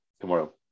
tomorrow